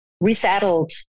resettled